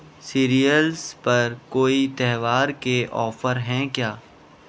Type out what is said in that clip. serials پر کوئی تہوار کے آفر ہیں کیا